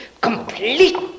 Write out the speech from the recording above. complete